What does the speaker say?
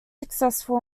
successful